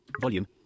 Volume